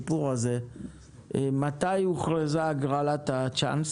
מתי אושרה הגרלת הצ'אנס,